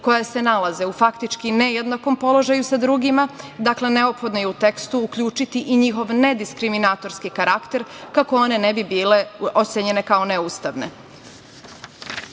koja se nalaze u faktički nejednakom položaju sa drugima. Dakle, neophodno je u tekstu uključiti i njihov nediskriminatorski karakter kako one ne bi bile ocenjene kao neustavne. Iako